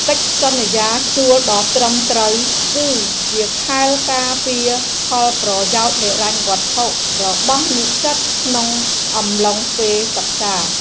កិច្ចសន្យាជួលដ៏ត្រឹមត្រូវគឺជាខែលការពារផលប្រយោជន៍ហិរញ្ញវត្ថុរបស់និស្សិតក្នុងអំឡុងពេលសិក្សា។